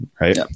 Right